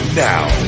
now